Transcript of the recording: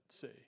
see